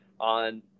on